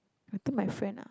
I think my friend ah